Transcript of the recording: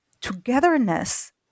togetherness